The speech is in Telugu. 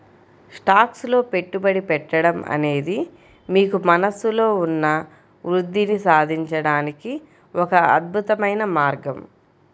స్టాక్స్ లో పెట్టుబడి పెట్టడం అనేది మీకు మనస్సులో ఉన్న వృద్ధిని సాధించడానికి ఒక అద్భుతమైన మార్గం